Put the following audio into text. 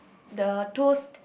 the toast